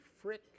Frick